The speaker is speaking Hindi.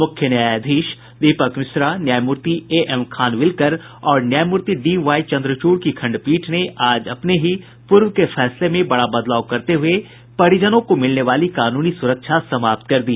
मुख्य न्यायाधीश दीपक मिश्रा न्यायमूर्ति एएम खानविलकर और न्यायमूर्ति डीवाई चंद्रचूड़ की खंडपीठ ने आज अपने ही पूर्व के फैसले में बड़ा बदलाव करते हुए परिजनों को मिलने वाली कानूनी सुरक्षा समाप्त कर दी